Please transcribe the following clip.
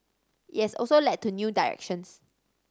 it has also led to new directions